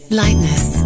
lightness